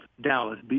Dallas